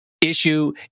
issue